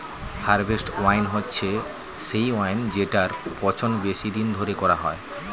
harvest wine হচ্ছে সেই wine জেটার পচন বেশি দিন ধরে করা হয়